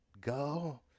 Go